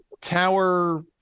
tower